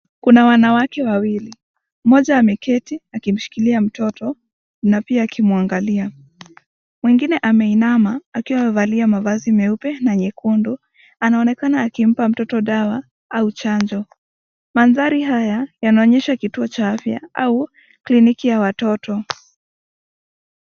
Kuna wanawake wawili mmoja ameketi akimshikilia mtoto na pia akimwangalia. Mwingine ameinama akiwa amevalia mavazi meupe na nyekundu. Anaonekana akimpa mtoto dawa au chanjo. Mandhari haya yanaonyesha kituo cha afya au kliniki ya watoto.